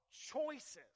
choices